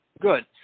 Good